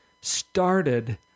started